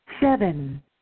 Seven